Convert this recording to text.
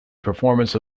performance